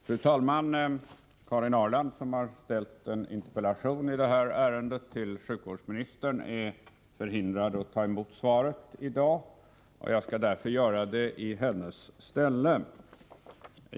Fru talman! Karin Ahrland, som har framställt en interpellation i detta ärende till sjukvårdsministern, är förhindrad att ta emot svaret i dag, och jag skall därför göra det i hennes ställe.